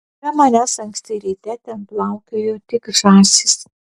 be manęs anksti ryte ten plaukiojo tik žąsys